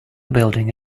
building